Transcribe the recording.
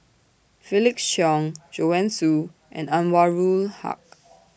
Felix Cheong Joanne Soo and Anwarul Haque